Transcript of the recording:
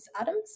Adams